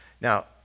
Now